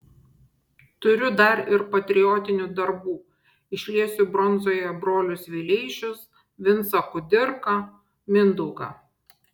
turiu dar ir patriotinių darbų išliesiu bronzoje brolius vileišius vincą kudirką mindaugą